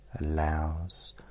allows